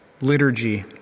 liturgy